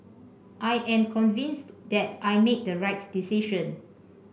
I am convinced that I made the right decision